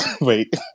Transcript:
Wait